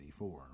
1984